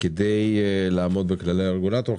כדי לעמוד בכללי הרגולטור,